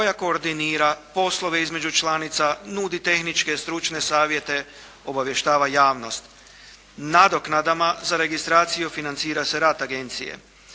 koja koordinira poslove između članica, nudi tehničke, stručne savjete, obavještava javnost. Nadoknadama za registraciju financira se rad agencije.